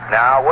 now